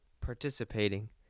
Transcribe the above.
participating